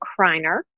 Kreiner